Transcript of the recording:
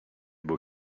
beaux